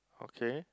okay